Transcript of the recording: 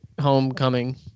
Homecoming